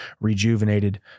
rejuvenated